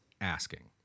asking